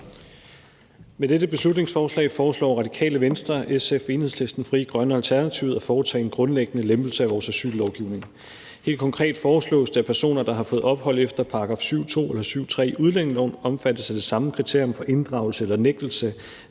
Med dette beslutningsforslag foreslår Radikale Venstre, SF, Enhedslisten, Frie Grønne og Alternativet at foretage en grundlæggende lempelse af vores asyllovgivning. Helt konkret foreslås det, at personer, der har fået ophold efter § 7, stk. 2, eller 7, stk. 3, i udlændingeloven, omfattes af det samme kriterium for inddragelse eller nægtelse af